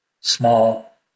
small